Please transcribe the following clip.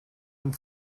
and